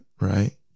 right